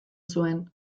zuen